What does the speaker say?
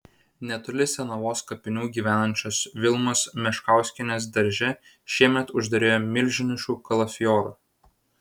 netoli senavos kapinių gyvenančios vilmos meškauskienės darže šiemet užderėjo milžiniškų kalafiorų